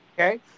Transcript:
Okay